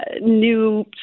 new